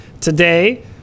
Today